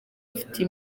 mfite